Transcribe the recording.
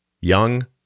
Young